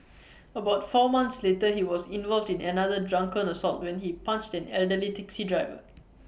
about four months later he was involved in another drunken assault when he punched an elderly taxi driver